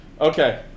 Okay